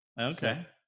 Okay